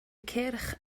cyrch